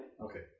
Okay